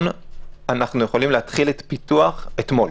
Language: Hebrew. אנחנו יכולים להתחיל את הפיתוח אתמול.